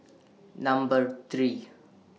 Number three